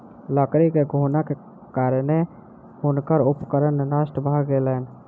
लकड़ी मे घुनक कारणेँ हुनकर उपकरण नष्ट भ गेलैन